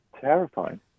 terrifying